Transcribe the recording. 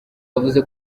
yavuze